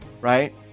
right